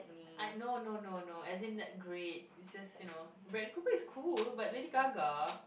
I know know know know as it that great this is you know but Bradley Cooper is cool but Lady-Gaga